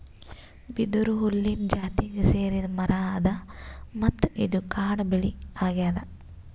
ಬಿದಿರು ಹುಲ್ಲಿನ್ ಜಾತಿಗ್ ಸೇರಿದ್ ಮರಾ ಅದಾ ಮತ್ತ್ ಇದು ಕಾಡ್ ಬೆಳಿ ಅಗ್ಯಾದ್